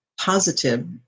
positive